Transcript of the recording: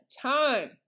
time